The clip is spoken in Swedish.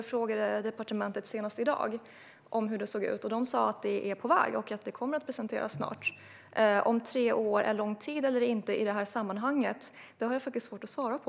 Jag frågade departementet senast i dag hur det ser ut, och de sa att det är på väg och kommer att presenteras snart. Om tre år är lång tid eller inte i detta sammanhang har jag faktiskt svårt att svara på.